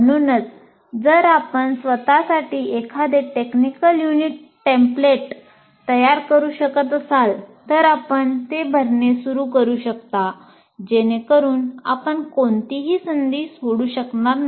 म्हणूनच जर आपण स्वत साठी एखादे टेक्निकल युनिट टेम्प्लेट तयार करू शकत असाल तर आपण ते भरणे सुरू करू शकता जेणेकरून आपण कोणतीही संधी सोडू शकणार नाही